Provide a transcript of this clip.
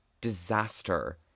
disaster